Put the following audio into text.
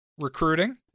Recruiting